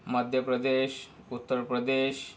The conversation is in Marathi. मध्यप्रदेश उत्तर प्रदेश